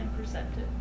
perceptive